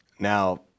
Now